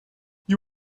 you